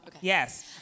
Yes